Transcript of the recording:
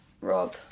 Rob